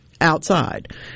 outside